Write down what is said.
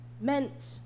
meant